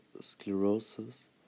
sclerosis